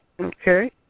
Okay